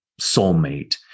soulmate